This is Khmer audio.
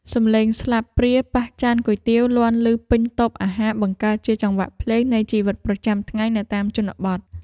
សម្លេងស្លាបព្រាប៉ះចានគុយទាវលាន់ឮពេញតូបអាហារបង្កើតជាចង្វាក់ភ្លេងនៃជីវិតប្រចាំថ្ងៃនៅតាមជនបទ។